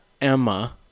Emma